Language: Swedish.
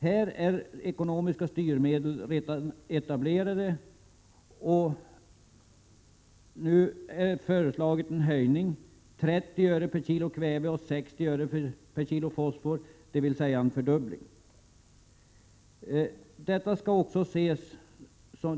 Här är ekonomiska styrmedel redan etablerade. Nu föreslås en höjning av miljöavgiften med 30 öre per kilo kväve och med 60 öre per kilo fosfor, dvs. en fördubbling.